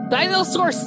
Dinosaur